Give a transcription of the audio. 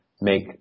make